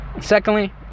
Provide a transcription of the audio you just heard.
Secondly